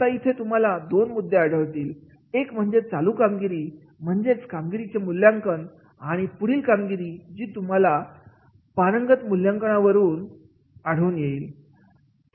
आता इथे तुम्हाला दोन मुद्दे आढळतील एक म्हणजे चालू कामगिरी म्हणजेच कामगिरीची मूल्यांकन आणि पुढील कामगिरी जी तुम्हाला पारंगत मूल्यांकनावरून आढळून येईल